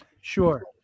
Sure